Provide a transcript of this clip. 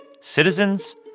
citizens